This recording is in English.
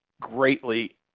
greatly